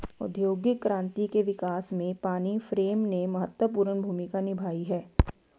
औद्योगिक क्रांति के विकास में पानी फ्रेम ने महत्वपूर्ण भूमिका निभाई है